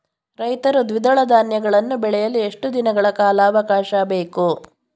ರೈತರು ದ್ವಿದಳ ಧಾನ್ಯಗಳನ್ನು ಬೆಳೆಯಲು ಎಷ್ಟು ದಿನಗಳ ಕಾಲಾವಾಕಾಶ ಬೇಕು?